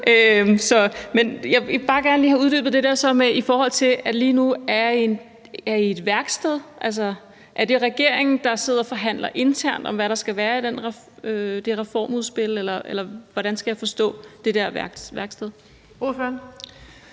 jeg vil bare gerne lige have uddybet det der, i forhold til at I lige nu er i et værksted. Altså, er det regeringen, der sidder og forhandler internt om, hvad der skal være i det reformudspil, eller hvordan skal jeg forstå det der værksted? Kl.